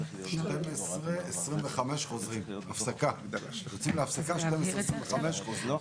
(הישיבה נפסקה בשעה 12:11 ונתחדשה בשעה 12:57.)